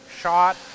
shot